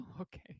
Okay